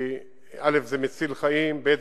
כי זה מציל חיים, וב.